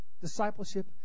Discipleship